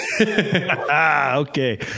okay